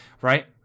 right